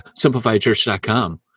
SimplifiedChurch.com